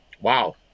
wow